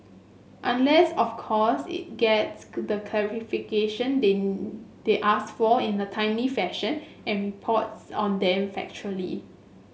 unless of course it gets the they ask for in a timely fashion and reports on them factually